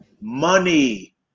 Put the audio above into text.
Money